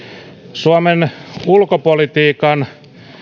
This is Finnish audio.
suomen ulkopolitiikan